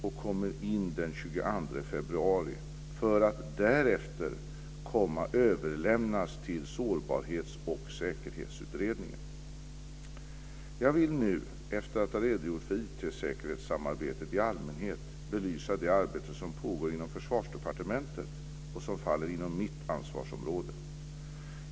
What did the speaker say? De kommer in den 22 februari, för att därefter överlämnas till Sårbarhets och säkerhetsutredningen. Jag vill nu, efter att ha redogjort för IT säkerhetsarbetet i allmänhet, belysa det arbete som pågår inom Försvarsdepartementet och som faller inom mitt ansvarsområde.